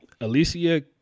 Alicia